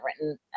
written